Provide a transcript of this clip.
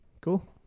cool